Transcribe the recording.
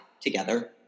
together